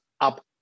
up